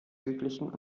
südlichen